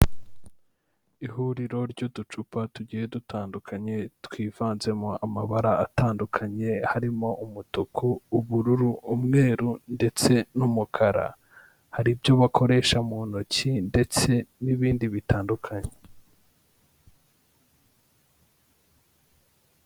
Ihuriro ry'uducupa tugiye dutandukanye, twivanzemo amabara atandukanye, harimo umutuku, ubururu, umweru, ndetse n'umukara, hari ibyo bakoresha mu ntoki, ndetse n'ibindi bitandukanye.